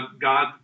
God